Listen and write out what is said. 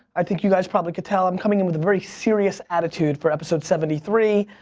i think you guys probably could tell, i'm coming in with a very serious attitude for episode seventy three.